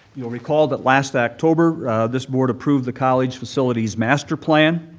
you'll recall that last october this board approved the college facilities master plan,